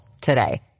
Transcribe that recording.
today